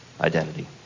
identity